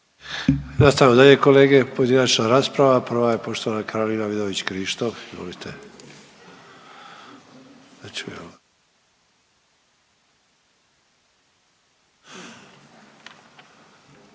Nastavljamo dalje kolege, pojedinačna rasprava prva je poštovana Karolina Vidović Krišto,